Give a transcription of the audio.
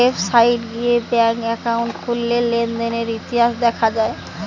website গিয়ে bank account খুললে লেনদেনের ইতিহাস দেখা যায়